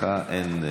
מבחינתך אין,